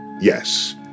Yes